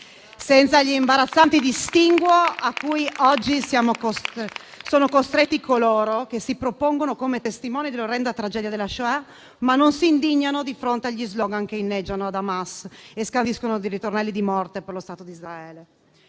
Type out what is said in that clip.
senza gli imbarazzanti distinguo a cui oggi sono costretti quanti si propongono come testimoni dell’orrenda tragedia della Shoah, ma non si indignano di fronte agli slogan che inneggiano ad Hamas e scandiscono ritornelli di morte per lo Stato di Israele.